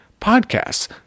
podcasts